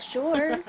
sure